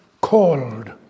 called